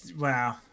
Wow